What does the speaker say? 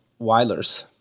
Weilers